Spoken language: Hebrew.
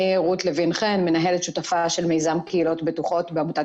אני מנהלת שותפה של מיזם קהילות בטוחות בעמותת